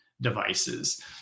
devices